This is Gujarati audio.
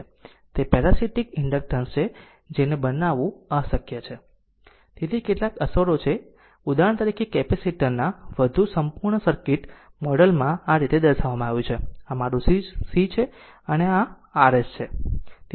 તે પેરાસીટીક ઇન્ડક્ટન્સ છે જેને બનાવવું અશક્ય છે Refer slide time 2852 તેથી કેટલાક અસરો ત્યાં છે ઉદાહરણ તરીકે કેપેસિટર ના વધુ સંપૂર્ણ સર્કિટ મોડેલમાં આ રીતે દર્શાવવામાં આવ્યું છે આ મારું C છે પરંતુ તે Rs સાથે છે